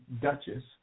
Duchess